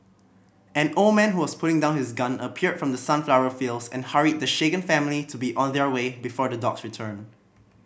an old man who was putting down his gun appeared from the sunflower fields and hurried the shaken family to be on their way before the dogs return